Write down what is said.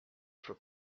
for